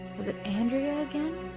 was it andrea again?